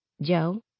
Joe